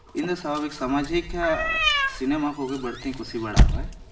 ᱤᱧ ᱫᱚ ᱥᱟᱵᱷᱟᱵᱤᱠ ᱥᱟᱢᱟᱡᱤᱠ ᱥᱤᱱᱮᱢᱟ ᱠᱚᱜᱮ ᱵᱟᱹᱲᱛᱤᱧ ᱠᱩᱥᱤ ᱵᱟᱲᱟᱣᱟᱜᱼᱟ